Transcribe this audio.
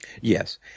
yes